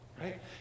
right